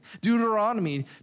Deuteronomy